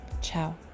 Ciao